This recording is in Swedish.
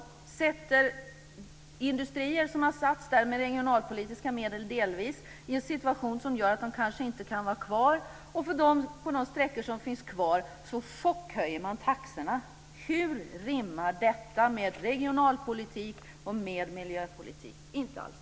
Man försätter industrier som har placerats på de här orterna med delvis regionalpolitiska medel i en situation som gör att de kanske inte kan vara kvar, och på de sträckor som finns kvar chockhöjer man taxorna. Hur rimmar detta med regionalpolitik och miljöpolitik? Inte alls.